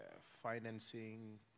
financing